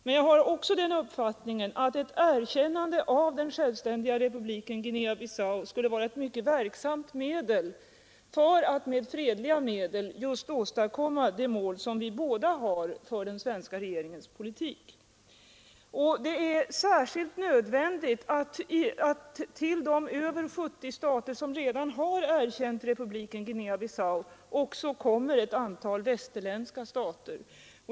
Men jag har också den uppfattningen att ett erkännande av den självständiga republiken Guinea-Bissau skulle vara ett mycket verksamt medel för att på fredlig väg nå just det mål som vi här båda har för den svenska regeringens politik. Det är särskilt nödvändigt att till de över 70 stater som redan har 3 erkänt republiken Guinea-Bissau också kommer ett antal västerländska stater.